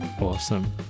Awesome